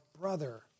brother